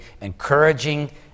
encouraging